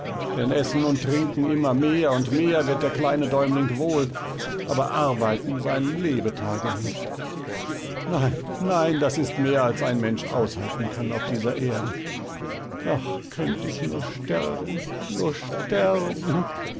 denn essen und trinken immer mehr und mehr wird der kleine däumling wohl aber arbeiten sein lebetage nicht nein nein das ist mehr als ein mensch aushalten kann auf dieser erde ach könnt ich nur sterben nur sterben